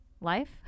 life